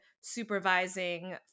supervising